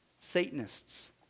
Satanists